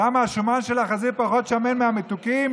למה השומן של החזיר פחות שמן מהמתוקים,